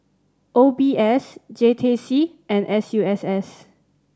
O B S J T C and S U S S